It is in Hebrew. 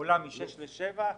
עולה משש ל-שבע,